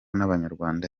n’abanyarwanda